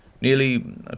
nearly